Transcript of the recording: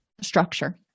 structure